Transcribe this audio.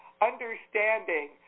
understanding